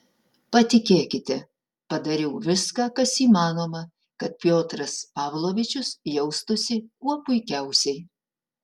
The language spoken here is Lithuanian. patikėkite padariau viską kas įmanoma kad piotras pavlovičius jaustųsi kuo puikiausiai